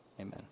amen